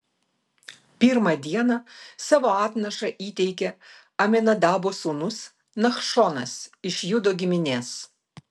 pirmą dieną savo atnašą įteikė aminadabo sūnus nachšonas iš judo giminės